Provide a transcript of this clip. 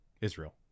Israel